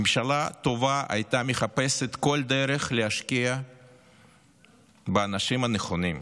ממשלה טובה הייתה מחפשת כל דרך להשקיע באנשים הנכונים.